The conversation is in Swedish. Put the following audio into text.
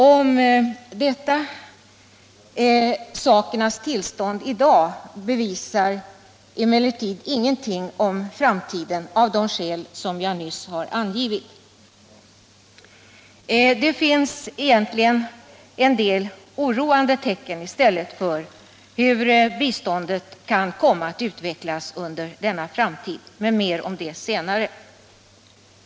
Av de skäl som jag nyss har angivit bevisar emellertid sakernas tillstånd i dag ingenting om framtiden. Det finns egentligen en del oroande tecken på hur biståndet kan komma att utvecklas i framtiden, men mer om det senare.